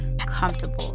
comfortable